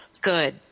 Good